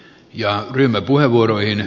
ja ryhmäpuheenvuoroihin